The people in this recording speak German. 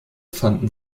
fanden